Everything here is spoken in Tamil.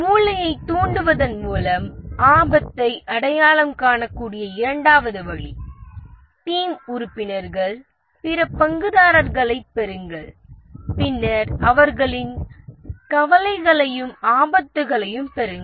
மூளையைத் தூண்டுவதன் மூலம் ஆபத்தை அடையாளம் காணக்கூடிய இரண்டாவது வழி டீம் உறுப்பினர்கள் பிற பங்குதாரர்களைப் பெறுங்கள் பின்னர் அவர்களின் கவலைகளையும் ஆபத்துகளையும் பெறுங்கள்